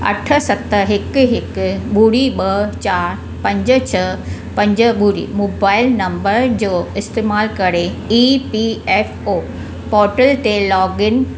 अठ सत हिकु हिकु ॿुड़ी ॿ चार पंज छह पंज ॿुड़ी मुबाइल नंबर जो इस्तेमालु करे E P F O portal ते लॉगइन